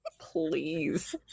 please